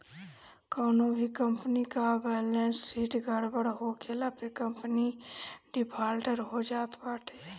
कवनो भी कंपनी कअ बैलेस शीट गड़बड़ होखला पे कंपनी डिफाल्टर हो जात बाटे